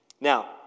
Now